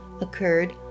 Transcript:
occurred